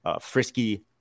frisky